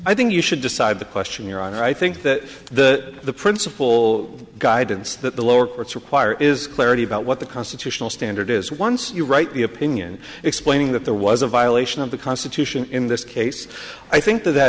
i think you should decide the question your honor i think that that the principle guidance that the lower courts require is clarity about what the constitutional standard is once you write the opinion explaining that there was a violation of the constitution in this case i think that that